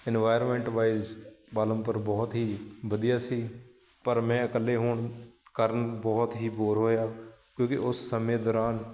environment wise Palampur ਬਹੁਤ ਹੀ ਵਧੀਆ ਸੀ ਪਰ ਮੈਂ ਇਕੱਲੇ ਹੋਣ ਕਾਰਨ ਬਹੁਤ ਹੀ ਬੋਰ ਹੋਇਆ ਕਿਉਂਕਿ ਉਸ ਸਮੇਂ ਦੌਰਾਨ